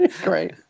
great